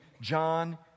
John